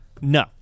No